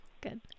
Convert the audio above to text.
good